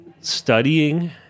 studying